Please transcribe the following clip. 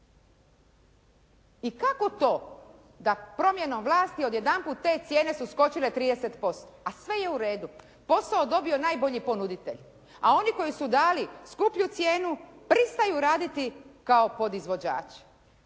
I kako to da promjenom vlasti odjedanput te cijene su skočile 30%, a sve je u redu. Posao dobio najbolji ponuditelj. A oni koji su dali skuplju cijenu pristaju raditi kao podizvođač.